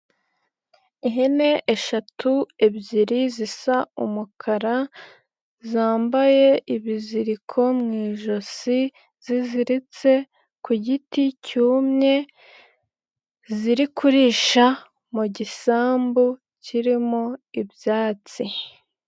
ihene eshatu, ebyiri zisa umukara, zambaye ibiziriko mu ijosi, ziziritse ku giti cyumye, ziri kurisha mu gisambu kirimo ibyatsi.